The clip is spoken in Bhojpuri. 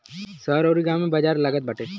शहर अउरी गांव में बाजार लागत बाटे